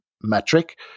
metric